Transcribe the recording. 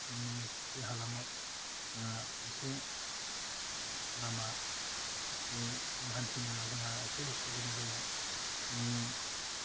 जोंनि जि हालामाव ओह मोनसे लामा जि जों हान्थिनायाव जोंहा एसे उसुबिदा जायो जोंनि